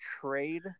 trade